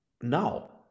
now